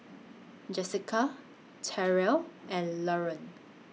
Jessika Tyrell and Laron